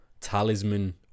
talisman